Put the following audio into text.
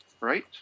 Right